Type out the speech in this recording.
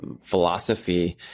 philosophy